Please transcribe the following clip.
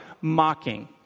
mocking